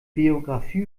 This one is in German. biografie